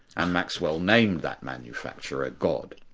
and maxwell named that manufacturer, god.